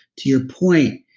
to your point,